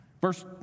Verse